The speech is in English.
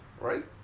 Right